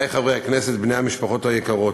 עמיתי חברי הכנסת, בני המשפחות היקרות,